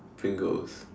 Pringles